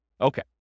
Okay